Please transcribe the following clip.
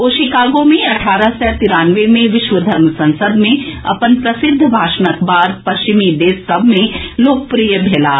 ओ Chicago मे अठारह सय तिरानवे मे विश्व धर्म संसद मे अपन प्रसिद्ध भाषणक बाद पश्चिमी देश सभ मे लोकप्रिय भेलाह